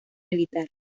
militar